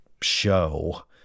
show